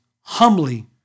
humbly